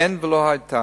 אין ולא היתה